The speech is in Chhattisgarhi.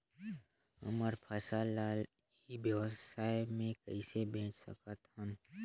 हमर फसल ल ई व्यवसाय मे कइसे बेच सकत हन?